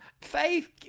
Faith